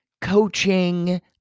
coaching